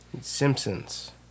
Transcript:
Simpsons